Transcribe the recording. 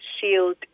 shield